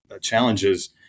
challenges